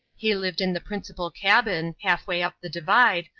he lived in the principal cabin, half-way up the divide,